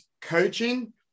coaching